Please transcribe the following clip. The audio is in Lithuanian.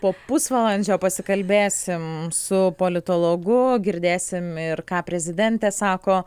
po pusvalandžio pasikalbėsim su politologu girdėsim ir ką prezidentė sako